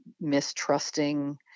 mistrusting